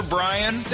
Brian